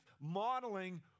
modeling